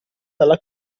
dalla